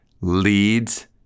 leads